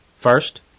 First